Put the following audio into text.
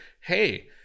hey